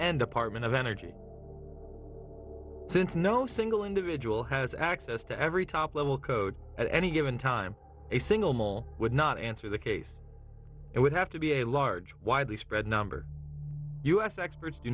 and department of energy since no single individual has access to every top level code at any given time a single mole would not answer the case it would have to be a large widely spread number u s experts do